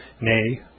nay